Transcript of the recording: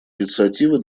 инициативы